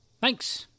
Thanks